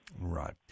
right